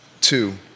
two